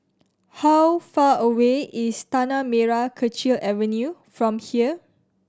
how far away is Tanah Merah Kechil Avenue from here